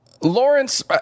Lawrence